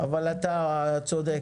אבל אתה צודק,